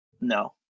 No